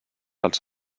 els